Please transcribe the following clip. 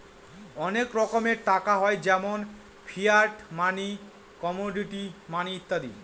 অনেক রকমের টাকা হয় যেমন ফিয়াট মানি, কমোডিটি মানি ইত্যাদি